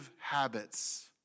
habits